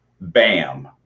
bam